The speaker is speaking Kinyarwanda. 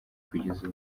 kugeza